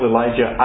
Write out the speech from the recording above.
Elijah